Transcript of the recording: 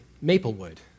Maplewood